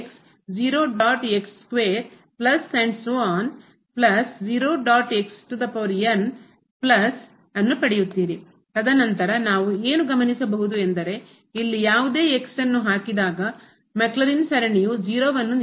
ಆದ್ದರಿಂದ ನೀವು ತದನಂತರ ನಾವು ಏನು ಗಮನಿಸಬಹುದು ಎಂದರೆ ಇಲ್ಲಿ ಯಾವುದೇ ಹಾಕಿದಾಗ ಮ್ಯಾಕ್ಲೌರಿನ್ ಸರಣಿಯು 0 ಅನ್ನು ನೀಡುತ್ತದೆ